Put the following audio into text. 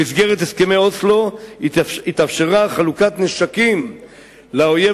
במסגרת הסכמי אוסלו התאפשרה חלוקת נשקים לאויב